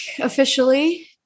officially